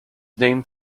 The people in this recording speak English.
named